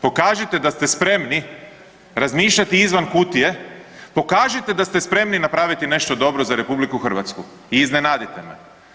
Pokažite da ste spremni razmišljati izvan kutije, pokažite da ste spremni napraviti nešto dobro za RH i iznenadite me.